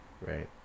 right